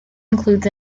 includes